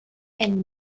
and